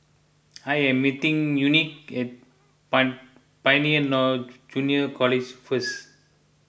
I am meeting Unique at Pioneer now Junior College first